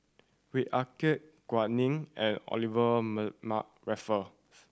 Ah Kay Gao Ning and Olivia Raffle